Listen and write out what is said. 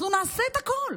אנחנו נעשה את הכול.